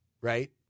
right